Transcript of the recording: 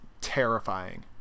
terrifying